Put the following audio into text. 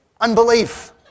unbelief